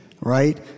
right